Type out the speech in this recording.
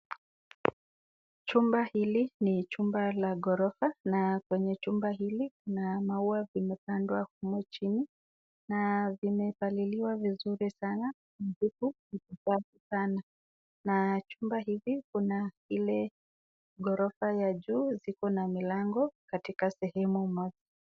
Jumba hili ni jumba la ghorofa na kwenye jumba hili kuna maua zimepandwa huku chini na zimepaliliwa vizuri sana na jumba hili lina ile ghorofa la juu, ziko na milango katika sehemu moja.